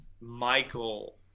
michael